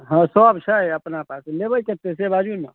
हँ सब छै अपना पासमे लेबै कतेक से बाजू ने